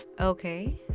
Okay